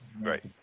right